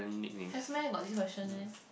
have meh got this question meh